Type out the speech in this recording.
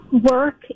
Work